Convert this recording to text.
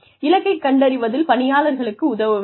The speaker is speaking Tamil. இலக்கை கண்டறிவதில் பணியாளர்களுக்கு உதவ வேண்டும்